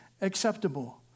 acceptable